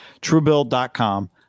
Truebill.com